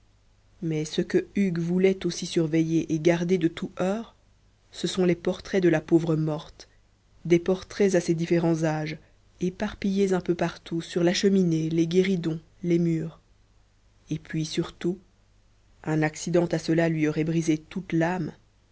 mais ce que hugues voulait aussi surveiller et garder de tout heurt ce sont les portraits de la pauvre morte des portraits à ses différents âges éparpillés un peu partout sur la cheminée les guéridons les murs et puis surtout un accident à cela lui aurait brisé toute